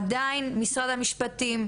משרד המשפטים,